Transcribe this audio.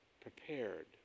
prepared